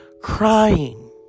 crying